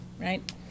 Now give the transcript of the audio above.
right